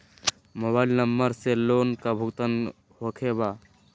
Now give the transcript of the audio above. Mobile number से loan का भुगतान होखे बा?